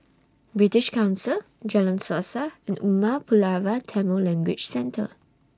British Council Jalan Suasa and Umar Pulavar Tamil Language Centre